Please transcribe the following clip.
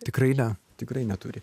tikrai ne tikrai neturi